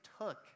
took